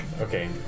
Okay